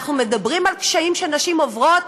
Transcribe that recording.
אנחנו מדברים על קשיים שנשים עוברות.